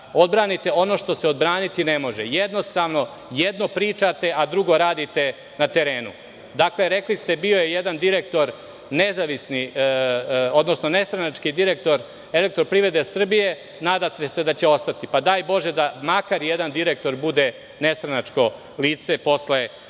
odbranite ono što se odbraniti ne može, jednostavno, jedno pričate, a drugo radite na terenu. Dakle, rekli ste, bio je jedan direktor, nestranački direktor EPS, nadate se da će ostati. Daj Bože, da makar jedan direktor bude nestranačko lice posle ovih